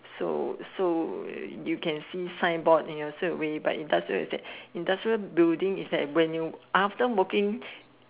so so you can see sign board and you straight away but industrial building is at when you after working